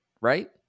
right